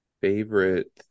favorite